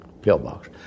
pillbox